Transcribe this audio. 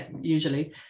usually